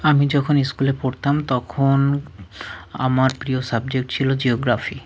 আমি যখন স্কুলে পড়তাম তখন আমার প্রিয় সাবজেক্ট ছিল জিওগ্রাফি